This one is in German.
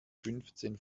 fünfzehn